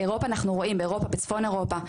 אירופה אנחנו רואים, באירופה, בצפון אירופה.